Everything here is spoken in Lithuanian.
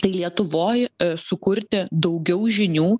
tai lietuvoj sukurti daugiau žinių